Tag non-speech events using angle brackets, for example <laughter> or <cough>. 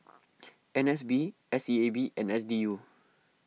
<noise> N S B S E A B and S D U